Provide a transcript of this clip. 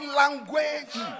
language